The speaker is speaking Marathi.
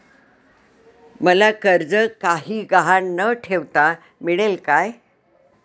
मला कर्ज काही गहाण न ठेवता मिळेल काय?